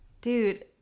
dude